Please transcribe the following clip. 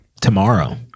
tomorrow